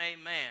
amen